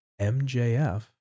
MJF